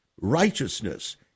righteousness